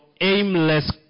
aimless